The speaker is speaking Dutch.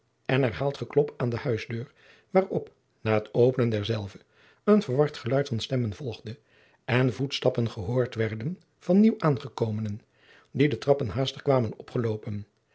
en herhaald geklop aan de huisdeur waarop na het openen derzelve een verward geluid van stemmen volgde en voetstappen gehoord werden van nieuwaangekomenen die de trappen haastig kwamen